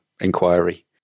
inquiry